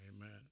Amen